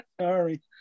Sorry